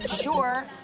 sure